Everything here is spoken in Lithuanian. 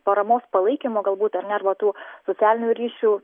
paramos palaikymo galbūt ar ne arba tų socialinių ryšių